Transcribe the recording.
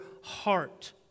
heart